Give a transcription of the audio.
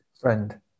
Friend